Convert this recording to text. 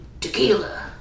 tequila